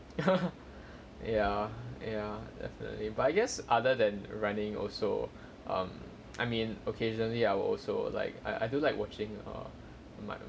ya ya definitely but I guess other than running also um I mean occasionally I will also like I I do like watching uh my~